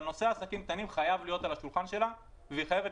אבל נושא העסקים הקטנים חייב להיות על שולחנה והיא חייבת